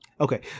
Okay